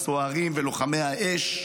הסוהרים ולוחמי האש.